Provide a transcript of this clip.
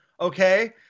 okay